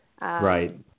Right